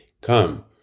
Come